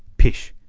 pish!